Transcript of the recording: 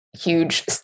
huge